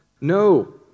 No